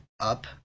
up